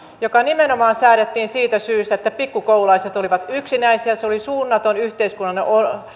joka nimenomaan säädettiin siitä syystä että pikku koululaiset olivat yksinäisiä se oli suunnaton yhteiskunnallinen